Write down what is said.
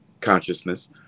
consciousness